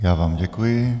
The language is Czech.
Já vám děkuji.